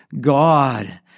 God